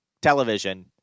television